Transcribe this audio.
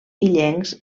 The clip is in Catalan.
illencs